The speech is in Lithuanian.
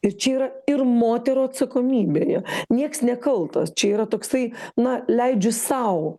ir čia yra ir moterų atsakomybėje nieks nekaltas čia yra toksai na leidžiu sau